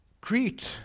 Crete